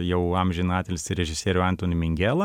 jau amžiną atilsį režisierių antony mingelą